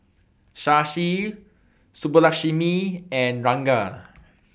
Shashi Subbulakshmi and Ranga